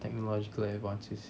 technological advances